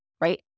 right